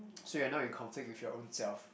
so you're not in conflict with your own self